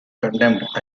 condemned